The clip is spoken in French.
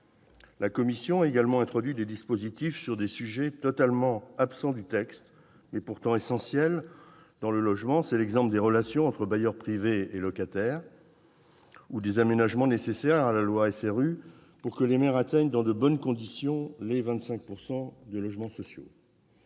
La commission a également introduit des dispositifs sur des sujets totalement absents du texte, mais pourtant essentiels pour le logement : c'est l'exemple des relations entre bailleurs privés et locataires ou des aménagements nécessaires à la loi SRU pour que les maires atteignent dans de bonnes conditions les 25 % de logements sociaux.